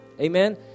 Amen